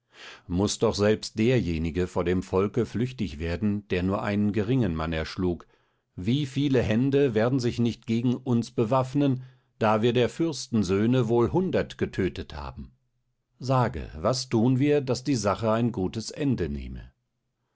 muß doch selbst derjenige vor dem volke flüchtig werden der nur einen geringen mann erschlug wie viele hände werden sich nicht gegen uns bewaffnen da wir der fürstensöhne wohl hundert getötet haben sage was thun wir daß die sache ein gutes ende nehme